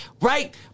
right